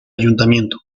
ayuntamiento